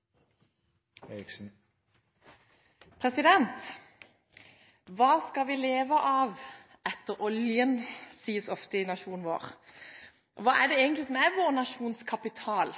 vår nasjons kapital?